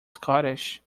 scottish